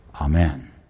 Amen